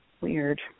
weird